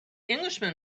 englishman